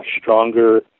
stronger